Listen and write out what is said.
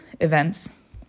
events